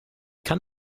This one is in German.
kann